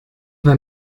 bei